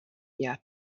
yet